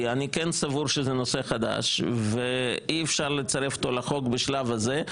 אני כן סבור שזה נושא חדש ואי אפשר לצרף אותו לחוק בשלב הזה.